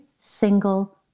single